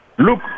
Look